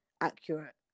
accurate